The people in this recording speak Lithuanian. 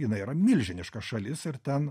jinai yra milžiniška šalis ir ten